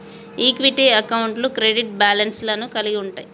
equity అకౌంట్లు credit balance లను కలిగి ఉంటయ్